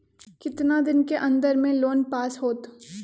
कितना दिन के अन्दर में लोन पास होत?